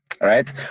right